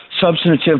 substantive